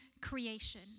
creation